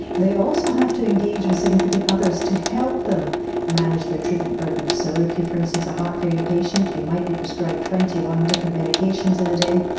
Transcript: they also have to engage with significant others to help them manage their treatment burden. so if you are, for instance, a heart failure patient, you might be prescribed twenty one different medications in a day,